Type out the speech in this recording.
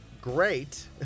Great